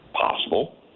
Possible